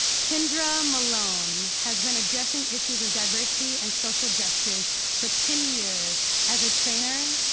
kindra malone has been addressing issues of diversity and social justice for ten years as a trainer,